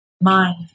Mind